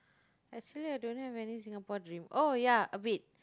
actually I don't have any Singapore dream oh ya a bit